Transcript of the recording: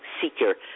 seeker